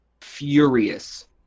furious